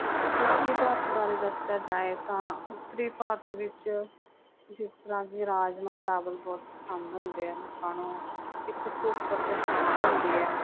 ਉੱਤਰੀ ਭਾਰਤ ਬਾਰੇ ਦੱਸਿਆ ਜਾਏ ਤਾਂ ਉੱਤਰੀ ਭਾਰਤ ਵਿੱਚ ਜਿਸ ਤਰ੍ਹਾਂ ਕਿ ਰਾਜਮਾ ਚਾਵਲ ਬਹੁਤ ਪਸੰਦ ਹੁੰਦੇ ਆ ਲੋਕਾਂ ਨੂੰ ਇੱਥੇ ਧੁੱਪ ਅਤੇ ਛਾਂ ਵੀ ਹੁੰਦੀ ਹੈ